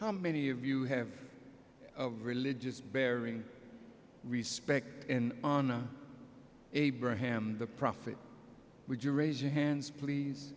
how many of you have of religious bearing respect and honor abraham the prophet would you raise your hands please